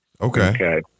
Okay